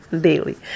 daily